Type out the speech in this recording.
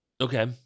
Okay